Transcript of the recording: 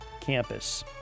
campus